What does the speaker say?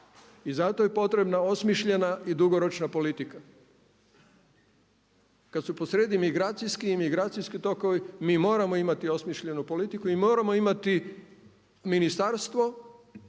I zato je potrebna osmišljena i dugoročna politika. Kada su posrijedi migracijski i imigracijski tokovi mi moramo imati osmišljenu politiku i moramo imati ministarstvo